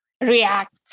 react